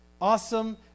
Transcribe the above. awesome